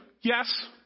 Yes